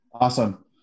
Awesome